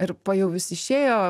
ir pa jau visi išėjo